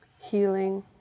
healing